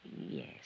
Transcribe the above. Yes